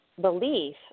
belief